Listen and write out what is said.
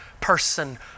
person